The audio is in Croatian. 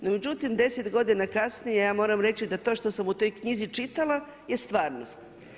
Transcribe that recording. No međutim 10 godina kasnije ja moram reći da to što sam u toj knjiži čitala je stvarnost.